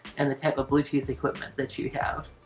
and the type of bluetooth equipment that you have.